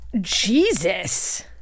Jesus